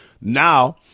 Now